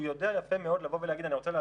אני רוצה על זה שיפוי מהמדינה,